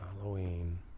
Halloween